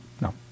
No